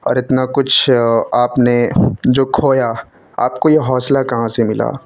اور اتنا کچھ آپ نے جو کھویا آپ کو یہ حوصلہ کہاں سے ملا